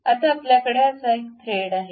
आता आपल्याकडे असा थ्रेड आहे